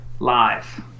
Live